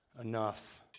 enough